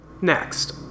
Next